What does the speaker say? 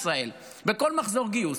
בכל מחזור גיוס,